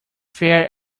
fair